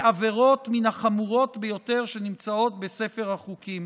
על עבירות מן החמורות ביותר שנמצאות בספר החוקים,